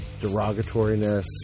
derogatoriness